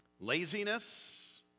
laziness